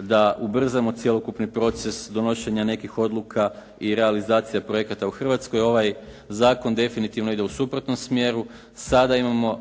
da ubrzamo cjelokupni proces donošenja nekih odluka i realizacija projekata u Hrvatskoj. Ovaj zakon definitivno ide u suprotnom smjeru. Sada imamo